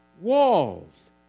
Walls